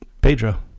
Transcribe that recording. Pedro